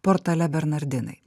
portale bernardinai